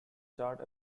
chart